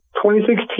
2016